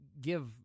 give